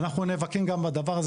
ואנחנו נאבקים גם בדבר הזה.